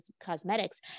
Cosmetics